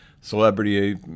celebrity